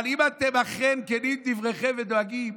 אבל אם אכן כנים דבריכם ואתם דואגים,